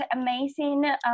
amazing